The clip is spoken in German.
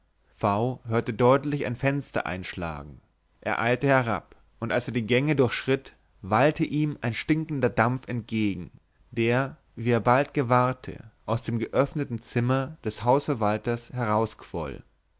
hörte deutlich ein fenster einschlagen er eilte berab und als er die gänge durchschritt wallte ihm ein stinkender dampf entgegen der wie er bald gewahrte aus dem geöffneten zimmer des hausverwalters